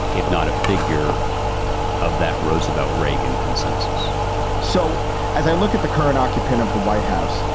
if not a figure of that roosevelt reagan consensus so as i look at the current occupant of the white house,